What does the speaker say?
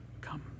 come